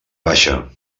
baixa